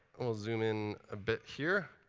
we'll zoom in a bit here.